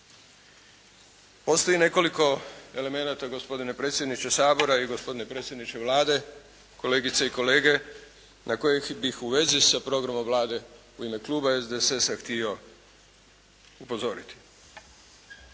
Postoji nekoliko elemenata, gospodine predsjedniče Sabora i gospodine predsjedniče Vlade, kolegice i kolege na koje bih u vezi sa programom Vlade u ime kluba SDSS-a htio upozoriti.